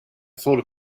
thought